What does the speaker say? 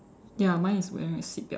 ya mine is wearing a seatbelt